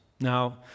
Now